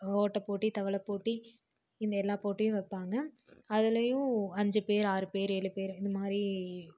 ஓட்டப்போட்டி தவளைப்போட்டி இந்த எல்லா போட்டியும் வைப்பாங்க அதுலேயும் அஞ்சு பேர் ஆறு பேர் ஏழு பேர் இந்த மாதிரி